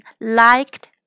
liked